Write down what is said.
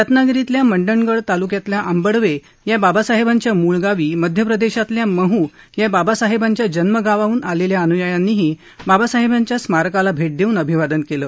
रत्नागिरीतील मंडणगड तालुक्यातील आंबडवे या बाबासाहेबांच्या मूळ गावी मध्य प्रदेशातल्या महू या बाबासाहेबांच्या जन्मगावाहून आलेल्या अनुयायांनीही बाबासाहेबांच्या स्मारकाला भेट दिऊन अभिवादन केलं